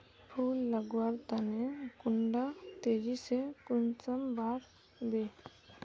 फुल लगवार तने कुंडा तेजी से कुंसम बार वे?